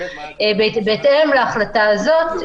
בהתאם להחלטה הזאת,